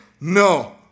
no